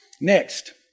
Next